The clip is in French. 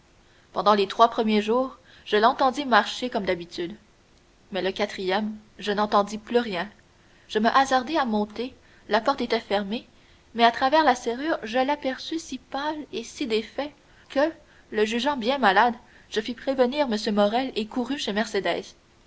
pendant les trois premiers jours je l'entendis marcher comme d'habitude mais le quatrième je n'entendis plus rien je me hasardai à monter la porte était fermée mais à travers la serrure je l'aperçu si pâle et si défait que le jugeant bien malade je fis prévenir m morrel et courus chez mercédès